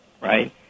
right